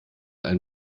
ein